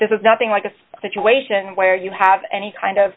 this is nothing like a situation where you have any kind of